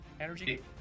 Energy